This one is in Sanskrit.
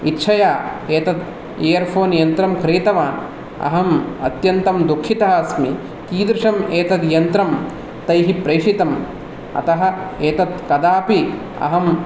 इच्छया एतत् इयर फ़ोन् यन्त्रं क्रीतवान् अहं अत्यन्तं दुःखितः अस्मि कीदृशं एतद् यन्त्रं तैः प्रेषितं अतः एतत् कदापि अहं